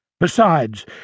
Besides